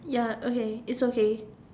ya okay it's okay